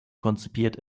konzipiert